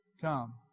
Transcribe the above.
come